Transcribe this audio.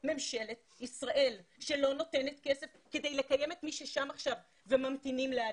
ממשלת ישראל שלא נותנת כסף כדי לקיים את מי ששם עכשיו וממתינים לעלייה?